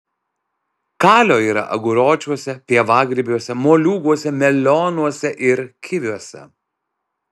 kalio yra aguročiuose pievagrybiuose moliūguose melionuose ir kiviuose